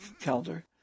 calendar